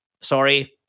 sorry